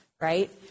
right